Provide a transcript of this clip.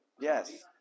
yes